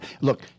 Look